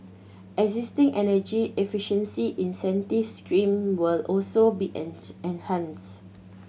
existing energy efficiency incentive scheme will also be enhanced